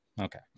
Okay